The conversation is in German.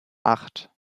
acht